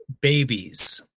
babies